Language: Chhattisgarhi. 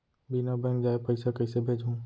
बिना बैंक जाये पइसा कइसे भेजहूँ?